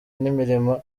n’imirimo